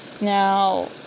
now